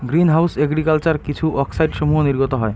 green house agriculture কিছু অক্সাইডসমূহ নির্গত হয়